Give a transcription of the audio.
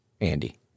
Andy